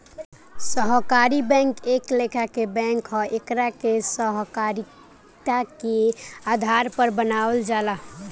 सहकारी बैंक एक लेखा के बैंक ह एकरा के सहकारिता के आधार पर बनावल जाला